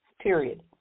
period